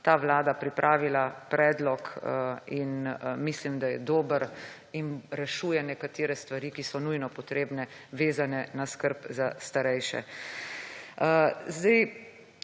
ta vlada pripravila predlog in mislim, da je dober in rešuje nekatere stvari, ki so nujno potrebne, vezane na skrb za starejše.